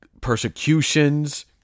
persecutions